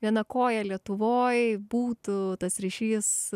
viena koja lietuvoj būtų tas ryšys